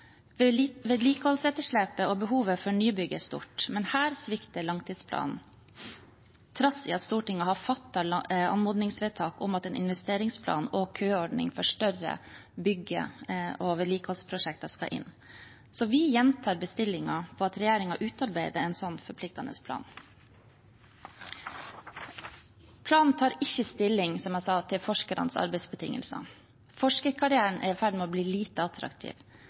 Vedlikeholdsetterslepet og behovet for nybygg er stort, men her svikter langtidsplanen, trass i at Stortinget har fattet anmodningsvedtak om at en investeringsplan og køordning for større bygge- og vedlikeholdsprosjekter skal inn. Så vi gjentar bestillingen om at regjeringen utarbeider en slik forpliktende plan. Planen tar ikke stilling til – som jeg sa – forskernes arbeidsbetingelser. Forskerkarrieren er i ferd med å bli lite attraktiv.